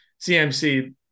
CMC